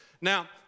Now